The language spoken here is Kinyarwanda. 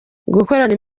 gukorana